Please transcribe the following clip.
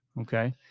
Okay